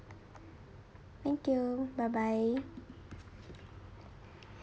thank you bye bye